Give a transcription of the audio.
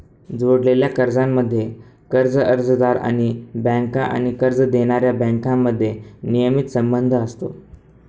जोडलेल्या कर्जांमध्ये, कर्ज अर्जदार आणि बँका आणि कर्ज देणाऱ्या बँकांमध्ये नियमित संबंध असतो